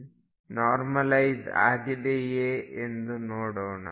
ψ normalise ಆಗಿದೆಯೇ ಎಂದು ನೋಡೋಣ